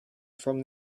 from